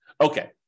Okay